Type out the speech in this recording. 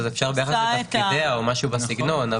אפשר "ביחס לתפקידיה" או משהו בסגנון.